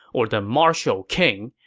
or the martial king,